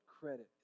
credit